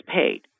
paid